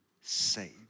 saved